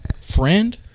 friend